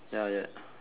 ya ya